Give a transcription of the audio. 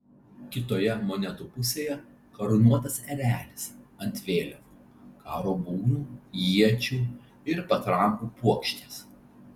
kitoje monetų pusėje karūnuotas erelis ant vėliavų karo būgnų iečių ir patrankų puokštės